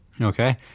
Okay